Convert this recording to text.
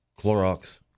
Clorox